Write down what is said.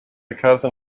cousin